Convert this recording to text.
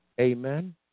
amen